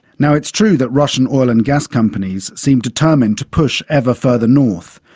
now, it's true that russian oil and gas companies seem determined to push ever further north,